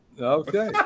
Okay